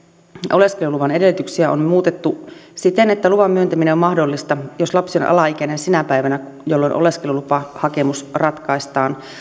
oleskeluluvan edellytyksiä on muutettu siten että luvan myöntäminen on mahdollista jos lapsi on alaikäinen sinä päivänä jolloin oleskelulupahakemus ratkaistaan